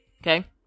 okay